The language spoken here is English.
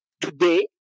Today